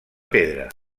pedra